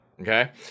Okay